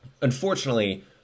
Unfortunately